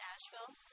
Asheville